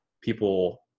people